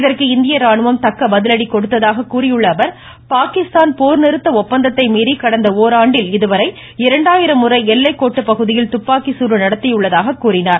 இதற்கு இந்திய ராணுவம் தக்க பதிலடி கொடுத்ததாக கூறியுள்ள அவர் பாகிஸ்தான் போர் நிறுத்த ஒப்பந்தத்தை மீறி கடந்த ஒரான்டில் இதுவரை இரண்டாயிரம் முறை எல்லைக்கோட்டு பகுதியில் துப்பாக்கி சூடு நடத்தியுள்ளதாக கூறினார்